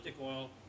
oil